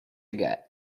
get